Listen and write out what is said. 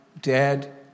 dead